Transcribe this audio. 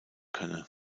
könne